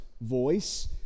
voice